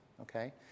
okay